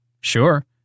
Sure